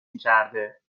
میکرده